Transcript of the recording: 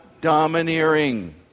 domineering